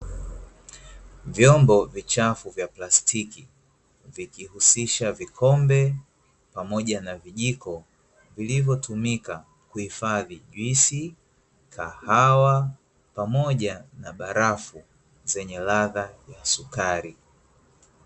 Vyombo vichafu vya plastiki ,vikihusisha vikombe pamoja na vijiko vilivyotumika kuhifadhi; juisi, kahawa, pamoja na barafu zenye ladha ya sukari.